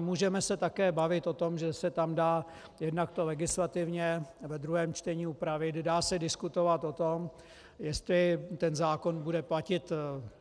Můžeme se také bavit o tom, že se tam dá jednak to legislativně ve druhém čtení upravit, dá se diskutovat o tom, jestli ten zákon bude platit